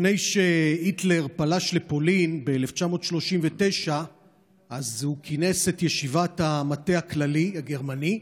לפני שהיטלר פלש לפולין ב-1939 הוא כינס את ישיבת המטה הכללי הגרמני,